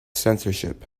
censorship